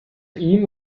ihm